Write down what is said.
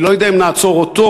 אני לא יודע אם נעצור אותו,